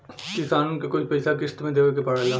किसानन के कुछ पइसा किश्त मे देवे के पड़ेला